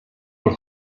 por